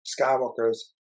Skywalker's